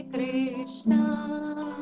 Krishna